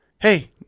hey